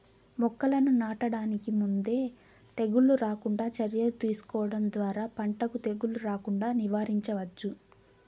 మొక్కలను నాటడానికి ముందే తెగుళ్ళు రాకుండా చర్యలు తీసుకోవడం ద్వారా పంటకు తెగులు రాకుండా నివారించవచ్చు